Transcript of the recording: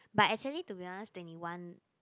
but actually to be honest twenty one